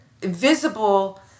visible